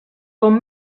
com